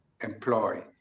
employ